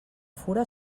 fura